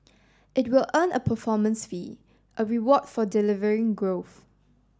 it will earn a performance fee a reward for delivering growth